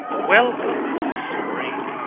welcome to spring